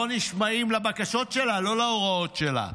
לא נשמעים לבקשות שלה, לא להוראות שלה.